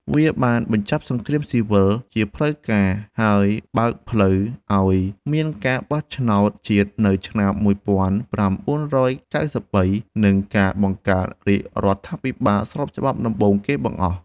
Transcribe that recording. វាបានបញ្ចប់សង្គ្រាមស៊ីវិលជាផ្លូវការ បើកផ្លូវឱ្យមានការបោះឆ្នោតជាតិនៅឆ្នាំ ១៩៩៣ និងការបង្កើតរាជរដ្ឋាភិបាលស្របច្បាប់ដំបូងគេបង្អស់។